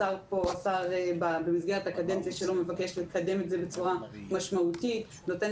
השר מבקש לקדם את זה בצורה משמעותית ונותן